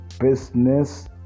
business